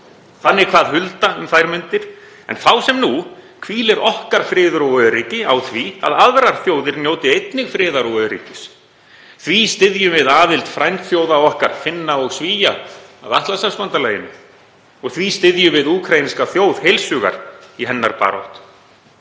Þannig kvað Hulda um þær mundir, en þá sem nú hvílir okkar friður og öryggi á því að aðrar þjóðir njóti einnig friðar og öryggis. Því styðjum við aðild frændþjóða okkar, Finna og Svía, að Atlantshafsbandalaginu. Því styðjum við úkraínska þjóð heils hugar í hennar baráttu.